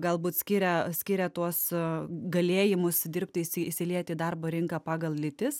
galbūt skiria skiria tuos galėjimus dirbti įsi įsilieti į darbo rinką pagal lytis